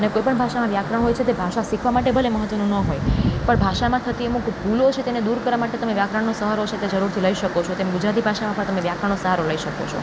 અને કોઈપણ ભાષામાં વ્યાકરણ હોય છે તે ભાષા શીખવા માટે ભલે મહત્ત્વનું ન હોય પણ ભાષામાં થતી અમુક ભૂલો છે તેને દૂર કરવા માટે તમે વ્યાકરણનો સહારો છે તે જરૂરથી લઈ શકો છો તેમ ગુજરાતી ભાષામાં પણ તમે વ્યાકરણનો સહારો લઈ શકો છો